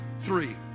three